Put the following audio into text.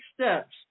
steps